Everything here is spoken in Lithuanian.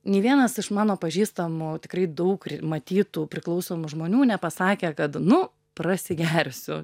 nei vienas iš mano pažįstamų tikrai daug matytų priklausomų žmonių nepasakė kad nu prasigersiu